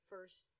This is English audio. First